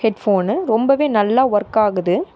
headphone ரொம்ப நல்லா work ஆகுது